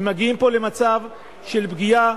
ומגיעים פה למצב של פגיעה